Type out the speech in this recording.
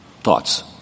Thoughts